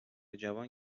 جوان